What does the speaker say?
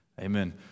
Amen